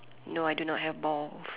no I don't not have ball